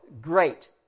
great